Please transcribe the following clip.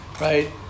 right